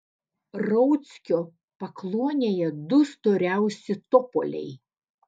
rauckio pakluonėje du storiausi topoliai